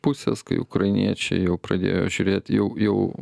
pusės kai ukrainiečiai jau pradėjo žiūrėt jau jau